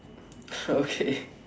okay